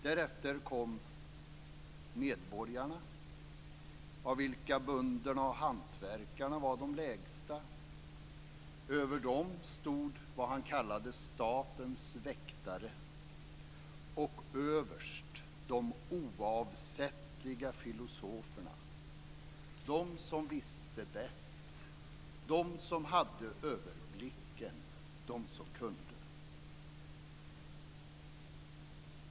Därefter kom medborgarna, av vilka bönderna och hantverkarna var de lägsta. Över dem stod vad Platon kallade statens väktare och överst de oavsättliga filosoferna, de som visste bäst, de som hade överblicken, de som kunde.